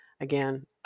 Again